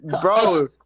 Bro